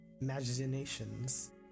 imaginations